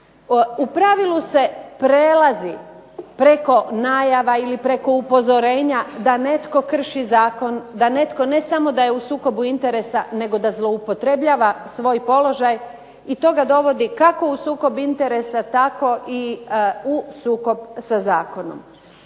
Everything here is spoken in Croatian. U pravilu se prelazi preko najava ili preko upozorenja da netko krši zakon, da netko ne samo da je u sukobu interesa nego da zloupotrebljava svoj položaj i to ga dovodi kako u sukob interesa tako i u sukob sa zakonom.